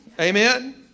Amen